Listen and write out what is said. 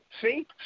See